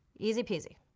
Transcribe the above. easy peasy.